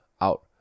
out